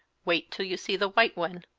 wait till you see the white one,